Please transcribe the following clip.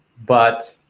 but